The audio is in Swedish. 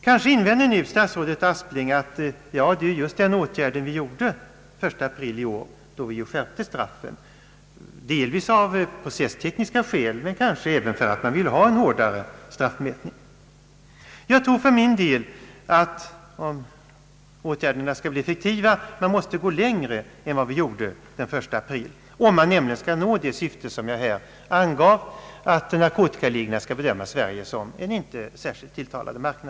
Kanske invänder nu statsrådet Aspling att det är just den åtgärden som vidtogs den 1 april i år, då straffen skärptes — delvis av processtekniska skäl men kanske även för att man vill ha en hårdare straffmätning. Jag tror för min del att man måste gå längre än vi gjorde den 1 april om åtgärderna skall bli effektiva och det syfte skall kunna nås som jag här angav, nämligen att narkotikalangarna skall bedöma Sverige som en inte särskilt tilltalande marknad.